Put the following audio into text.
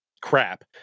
crap